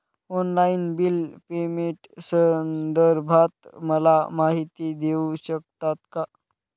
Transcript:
Online bill पेमेंटसंदर्भात मला माहिती देऊ शकतात का?